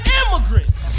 immigrants